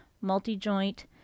multi-joint